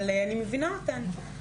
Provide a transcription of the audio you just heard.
אבל אני מבינה אותן.